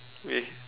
with